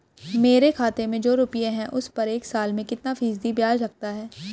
मेरे खाते में जो रुपये हैं उस पर एक साल में कितना फ़ीसदी ब्याज लगता है?